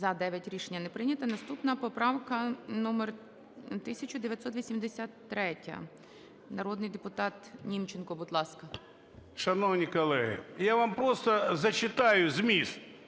За-9 Рішення не прийнято. Наступна поправка номер 1983. Народний депутат Німченко, будь ласка. 11:08:27 НІМЧЕНКО В.І. Шановні колеги, я вам просто зачитаю зміст: